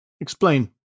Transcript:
Explain